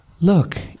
look